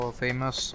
famous